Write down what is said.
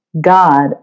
God